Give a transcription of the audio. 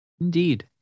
indeed